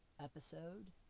episode